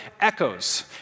echoes